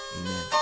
amen